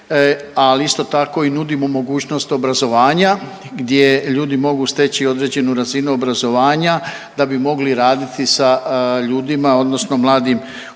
ali isto tako nudimo i mogućnost obrazovanja gdje ljudi mogu steći određenu razinu obrazovanja da bi mogli raditi sa ljudima odnosno mladim uzrastima.